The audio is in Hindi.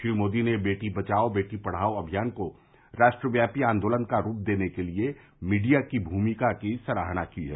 श्री मोदी ने बेटी बचाओ बेटी पढ़ाओ अभियान को राष्ट्रव्यापी आंदोलन का रूप देने के लिए मीडिया की भूमिका की सराहना की है